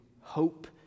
hope